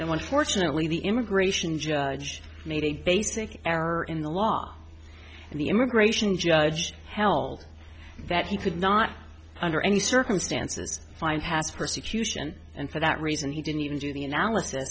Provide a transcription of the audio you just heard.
and one fortunately the immigration judge made a basic error in the law and the immigration judge held that he could not under any circumstances find has a persecution and for that reason he didn't even do the analysis